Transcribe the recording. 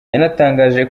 yanatangaje